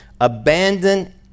Abandon